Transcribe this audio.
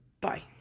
Bye